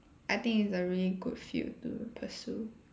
I think it's a really good field to pursue